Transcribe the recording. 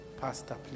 Pastor